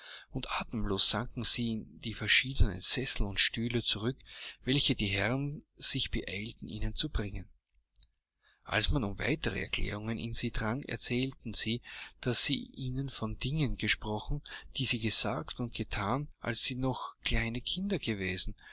und atemlos sanken sie in die verschiedenen sessel und stühle zurück welche die herren sich beeilten ihnen zu bringen als man um weitere erklärung in sie drang erzählten sie daß sie ihnen von dingen gesprochen die sie gesagt und gethan als sie noch kleine kinder gewesen